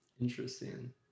Interesting